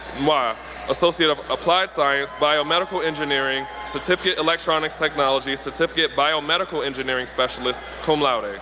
ah associate of applied science, biomedical engineering, certificate, electronics technology, certificate, biomedical engineering specialist, cum laude.